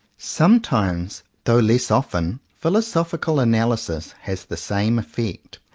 sometimes, though less often, philosoph ical analysis has the same effect.